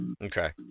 okay